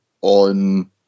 on